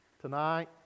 tonight